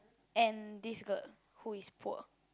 and this girl who is poor